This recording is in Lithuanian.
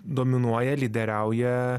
dominuoja lyderiauja